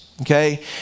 Okay